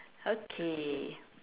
okay